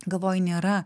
galvoju nėra